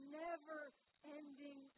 never-ending